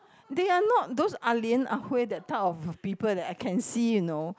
they are not those ah lian ah huay that type of people that I can see you know